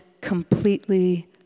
completely